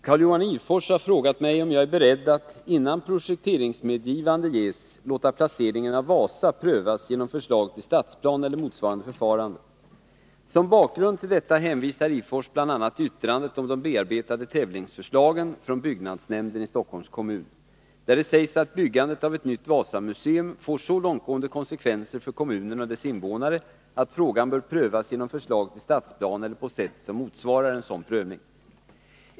Herr talman! Carl-Johan Ihrfors har frågat mig om jag är beredd att, innan projekteringsmedgivande ges, låta placeringen av Wasa prövas genom förslag till stadsplan eller motsvarande förfarande. Som bakgrund till detta hänvisar Ihrfors bl.a. till yttrandet om de bearbetade tävlingsförslagen från byggnadsnämnden i Stockholms kommun, där det sägs att byggandet av ett nytt Wasamuseum får så långtgående konsekvenser för kommunen och dess invånare att frågan bör prövas genom förslag till stadsplan eller på sätt som motsvarar en sådan prövning.